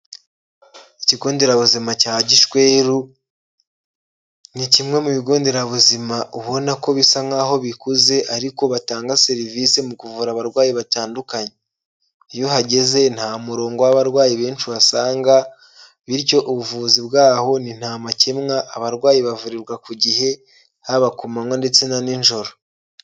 Ikigo nderabuzima cya Gishweru ni kimwe mu bigo nderabuzima ubona ko bisa nkaho bikuze ariko batanga serivise mu kuvura abarwayi batandukanye, iyo uhageze nta murongo w'abarwayi benshi uhasanga bityo ubuvuzi bwaho ni nta makemwa, abarwayi bavurirwa ku gihe, haba ku manywa ndetse na nijoro.